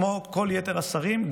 כמו כל יתר השרים,